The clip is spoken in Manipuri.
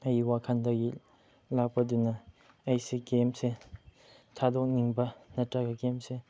ꯑꯩꯒꯤ ꯋꯥꯈꯟꯗꯒꯤ ꯂꯥꯛꯄꯗꯨꯅ ꯑꯩꯁꯦ ꯒꯦꯝꯁꯦ ꯊꯥꯗꯣꯛꯅꯤꯡꯕ ꯅꯠꯇ꯭ꯔꯒ ꯒꯦꯝꯁꯦ